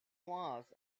mass